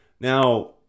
Now